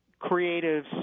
creatives